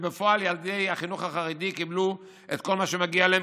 ובפועל ילדי החינוך החרדי קיבלו את כל מה שמגיע להם,